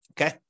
Okay